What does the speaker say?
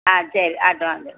ஆ சரி ஆகட்டும் வாங்க